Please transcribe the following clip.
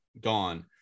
gone